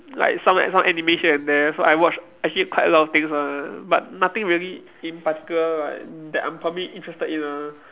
like some some anime here and there so I watch actually quite a lot of things one but nothing really in particular like that I'm probably interested in ah